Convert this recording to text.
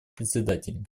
председателей